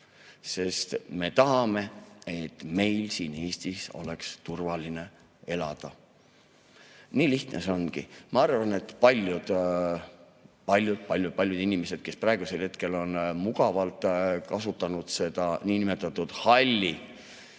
Me tahame, et meil siin Eestis oleks turvaline elada. Nii lihtne see ongi. Ma arvan, et paljud inimesed, kes praegusel hetkel on mugavalt kasutanud selle niinimetatud halli